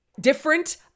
different